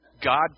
God